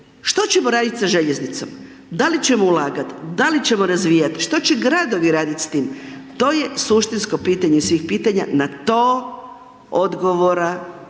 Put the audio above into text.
što ćemo raditi sa željeznicom? Da li ćemo ulagat, da li ćemo razvijat, što će gradovi radit s tim? To je suštinsko pitanje svih pitanja, na to odgovora